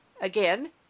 Again